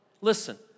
listen